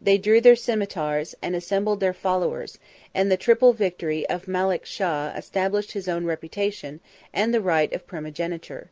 they drew their cimeters, and assembled their followers and the triple victory of malek shah established his own reputation and the right of primogeniture.